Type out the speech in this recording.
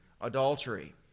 adultery